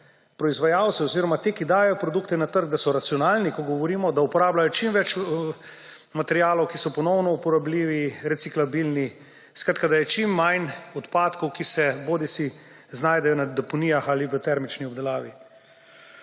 proizvajalce oziroma te, ki dajejo produkte na trg, da so racionalni, ko govorimo, da uporabljajo čim več materialov, ki so ponovno uporabljivi, reciklabilni, da je čim manj odpadkov, ki se bodisi znajdejo na deponijah ali v termični obdelavi.